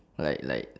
like like